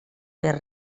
per